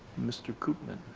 mr. koopman.